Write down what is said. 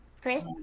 Chris